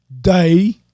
day